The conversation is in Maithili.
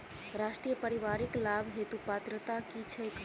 राष्ट्रीय परिवारिक लाभ हेतु पात्रता की छैक